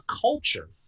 culture